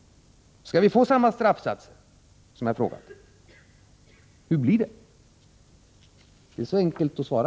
Skall vi få samma straffsatser? Hur blir det, det är så enkelt att svara!